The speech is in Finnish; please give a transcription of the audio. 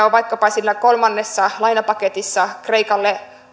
on vaikkapa siinä kolmannessa lainapaketissa kreikalle